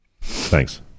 Thanks